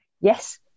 yes